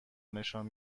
نشان